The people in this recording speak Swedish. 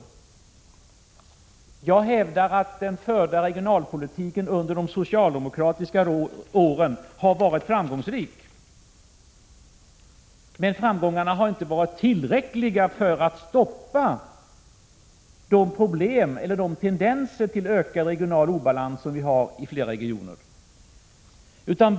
Men jag hävdar att den förda regionalpolitiken under de socialdemokratiska åren har varit framgångsrik. Framgångarna har dock inte varit tillräckliga för att stoppa de tendenser till ökad regionalpolitisk obalans som vi har i flera regioner.